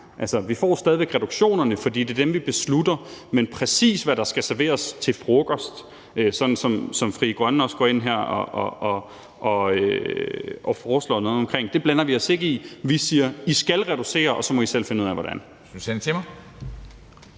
Altså, vi får stadig væk reduktionerne, for det er dem, vi beslutter, men præcis hvad der skal serveres til frokost, sådan som Frie Grønne går ind her og foreslår noget omkring, blander vi os ikke i. Vi siger: I skal reducere, og så må I selv finde ud af hvordan.